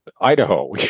Idaho